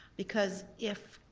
because if